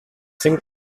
cinc